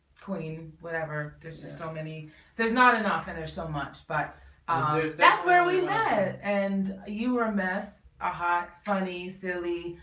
queen whatever there's just so many there's not enough finish so much but that's where we met and you were mess a hot, funny, silly,